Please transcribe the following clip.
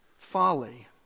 Folly